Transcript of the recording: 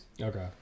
Okay